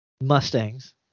Mustangs